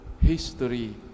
history